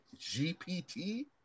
GPT